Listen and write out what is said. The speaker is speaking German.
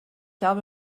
habe